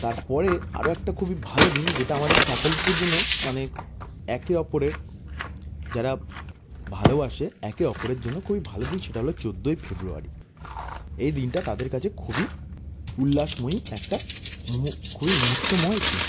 তার পরে আরও একটা খুবই ভালো দিন যেটা আমাদের কাপলসদের জন্য মানে একে অপরের যারা ভালোবাসে একে অপরের জন্য খুবই ভালো দিন সেটা হলো চৌদ্দই ফেব্রুয়ারি এই দিনটা তাদের কাছে খুবই উল্লাসময়ী একটা খুবই মুহূর্তময় দিন